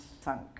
sunk